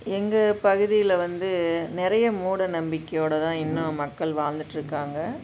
எங்கள் பகுதியில் வந்து நிறைய மூட நம்பிக்கையோடு தான் இன்னும் மக்கள் வாழ்ந்துட்டிருக்காங்க